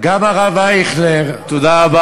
גם הרב אייכלר תומך בחוק, נכון?